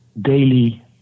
daily